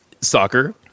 Soccer